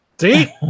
See